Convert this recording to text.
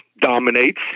dominates